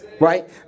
Right